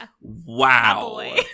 wow